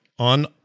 On